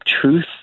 truth